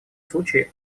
случае